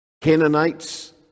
Canaanites